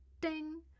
Ding